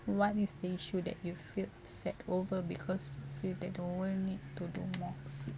what is the issue that you feel sad over because if the world need to do more